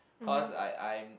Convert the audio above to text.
cause like I'm